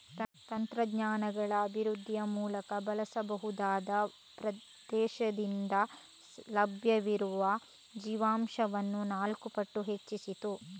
ತಂತ್ರಜ್ಞಾನಗಳ ಅಭಿವೃದ್ಧಿಯ ಮೂಲಕ ಬಳಸಬಹುದಾದ ಪ್ರದೇಶದಿಂದ ಲಭ್ಯವಿರುವ ಜೀವನಾಂಶವನ್ನು ನಾಲ್ಕು ಪಟ್ಟು ಹೆಚ್ಚಿಸಿತು